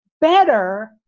better